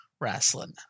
wrestling